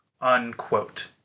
unquote